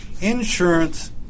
insurance